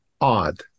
odd